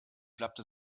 klappte